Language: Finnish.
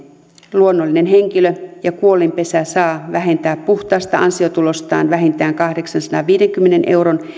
luonnollinen henkilö ja kuolinpesä saa vähentää puhtaasta ansiotulostaan vähintään kahdeksansadanviidenkymmenen euron